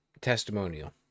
testimonial